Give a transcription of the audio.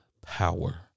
power